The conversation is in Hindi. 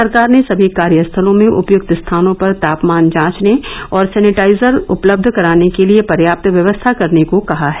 सरकार ने सभी कार्यस्थलों में उपयुक्त स्थानों पर तापमान जांचने और सेनिटाइजर उपलब्ध कराने के लिए पर्याप्त व्यवस्था करने को कहा है